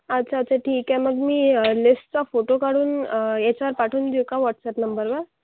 अच्छा अच्छा ठीक आहे मग मी लिस्टचा फोटो काढून ह्याच्यावर पाठवून देऊ का व्हाट्सएप नंबरवर